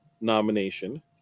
nomination